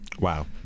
Wow